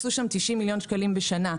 הוקצו שם 90 מיליון שקלים בשנה,